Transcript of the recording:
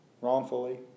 wrongfully